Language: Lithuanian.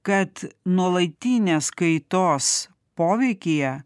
kad nuolatinės kaitos poveikyje